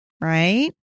right